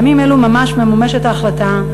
בימים אלו ממש ממומשת ההחלטה,